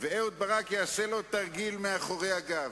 ובפריס, ואהוד ברק יעשה לו תרגיל מאחורי הגב.